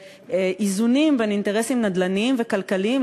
ואיזונים בין אינטרסים נדל"ניים וכלכליים